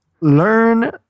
learn